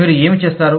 మీరు ఏమి చేస్తారు